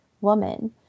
woman